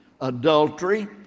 Adultery